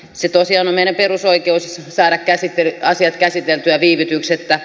on tosiaan meidän perusoikeutemme saada asiat käsiteltyä viivytyksettä